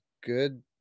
good